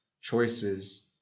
choices